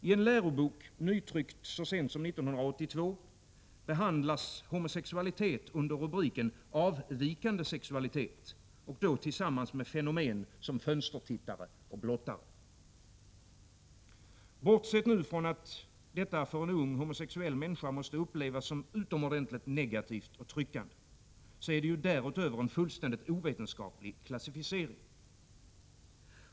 I en lärobok, nytryckt så sent som 1982, behandlas homosexualitet under rubriken Avvikande sexualitet, och då tillsammans med fenomen som fönstertittare och blottare. Bortsett från att detta för en ung homosexuell människa måste upplevas som utomordentligt negativt och tryckande är det därutöver en fullständigt ovetenskaplig klassificering.